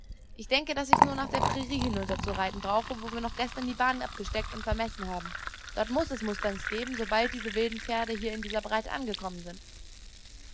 ich denke daß ich nur nach der prairie hinunter zu reiten brauche wo wir noch vorgestern die bahn abgesteckt und vermessen haben dort muß es mustangs geben sobald diese wilden pferde hier in dieser breite angekommen sind